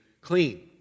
clean